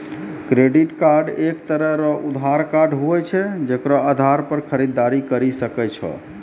credit card एक तरह रो उधार कार्ड हुवै छै जेकरो आधार पर खरीददारी करि सकै छो